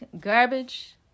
garbage